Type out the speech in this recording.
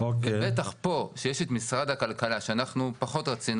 ובטח פה שיש את משרד הכלכלה שאנחנו פחות רצינו